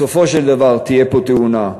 בסופו של דבר תהיה פה תאונה.